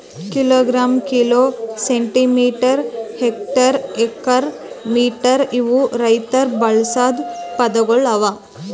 kilogram, kilo, centimetre, hectare, acre, metre ಇವು ರೈತುರ್ ಬಳಸ ಪದಗೊಳ್ ಅವಾ